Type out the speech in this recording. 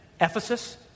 Ephesus